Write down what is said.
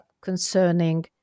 concerning